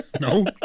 No